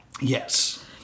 Yes